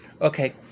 Okay